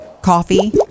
Coffee